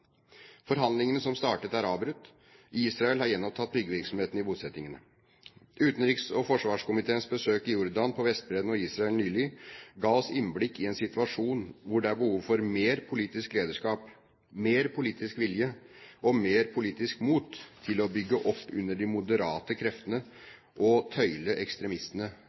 Forhandlingene som startet, er avbrutt. Israel har gjenopptatt byggevirksomheten i bosettingene. Utenriks- og forsvarskomiteens besøk i Jordan, på Vestbredden og i Israel nylig ga oss innblikk i en situasjon hvor det er behov for mer politisk lederskap, mer politisk vilje og mer politisk mot til å bygge opp under de moderate kreftene og tøyle ekstremistene